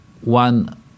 one